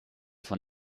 von